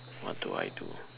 what do I do